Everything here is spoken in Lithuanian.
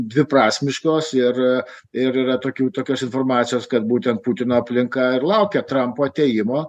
dviprasmiškos ir ir yra tokių tokios informacijos kad būtent putino aplinka ir laukia trampo teigimo